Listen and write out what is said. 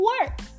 work